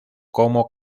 como